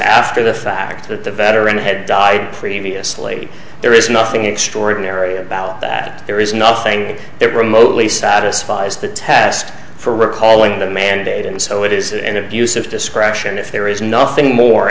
after the fact that the veteran had died previously there is nothing extraordinary about that there is nothing that remotely satisfies the test for recalling the mandate and so it is an abuse of discretion if there is nothing more